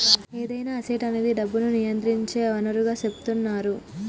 ఏదైనా అసెట్ అనేది డబ్బును నియంత్రించే వనరుగా సెపుతున్నరు